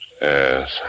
Yes